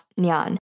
Nyan